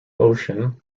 ocean